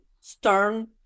stern